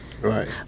Right